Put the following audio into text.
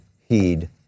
heed